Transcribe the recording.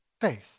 faith